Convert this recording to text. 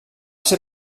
ser